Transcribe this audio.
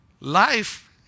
life